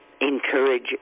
encourage